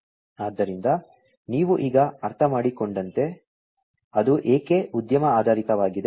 ಆದ್ದರಿಂದ ನೀವು ಈಗ ಅರ್ಥಮಾಡಿಕೊಂಡಂತೆ ಅದು ಏಕೆ ಉದ್ಯಮ ಆಧಾರಿತವಾಗಿದೆ